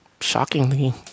shockingly